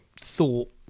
thought